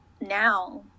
now